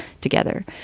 together